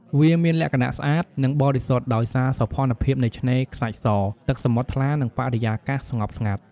វាមានលក្ខណៈស្អាត និងបរិសុទ្ធ ដោយមានសោភ័ណភាពនៃឆ្នេរខ្សាច់ស ទឹកសមុទ្រថ្លា និងបរិយាកាសស្ងប់ស្ងាត់។